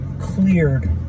cleared